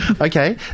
Okay